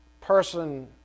person